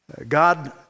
God